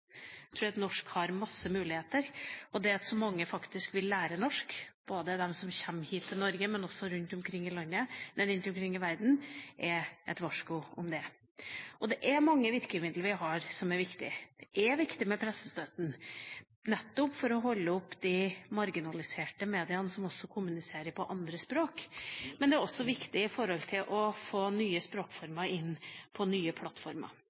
tror ikke at norsk er truet. Jeg tror norsk har masse muligheter. Det at så mange vil lære norsk, både de som kommer hit til Norge, og også rundt omkring i verden, er et varsko om det. Vi har mange virkemidler som er viktige. Det er viktig med pressestøtten nettopp for å holde opp de marginaliserte mediene som også kommuniserer på andre språk, men det er også viktig for å få nye språkformer inn på nye plattformer.